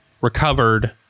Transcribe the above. recovered